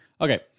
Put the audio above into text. Okay